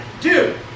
Dude